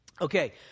Okay